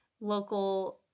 local